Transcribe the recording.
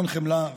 בהמון חמלה,